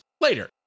later